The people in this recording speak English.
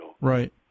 Right